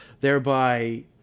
thereby